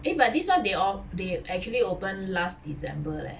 eh but this [one] they a~ they actually open last december leh